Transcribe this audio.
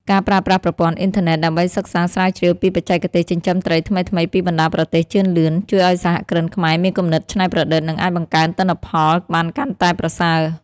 ការប្រើប្រាស់ប្រព័ន្ធអ៊ីនធឺណិតដើម្បីសិក្សាស្រាវជ្រាវពីបច្ចេកទេសចិញ្ចឹមត្រីថ្មីៗពីបណ្ដាប្រទេសជឿនលឿន ជួយឱ្យសហគ្រិនខ្មែរមានគំនិតច្នៃប្រឌិត និងអាចបង្កើនទិន្នផលបានកាន់តែប្រសើរ។